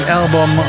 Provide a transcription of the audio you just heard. album